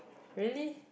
really